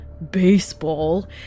baseball